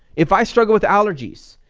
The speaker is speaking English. if i struggle with allergies,